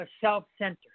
Self-centered